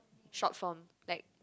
short form like